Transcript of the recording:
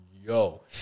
yo